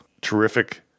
Terrific